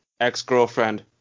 ex-girlfriend